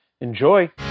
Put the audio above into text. enjoy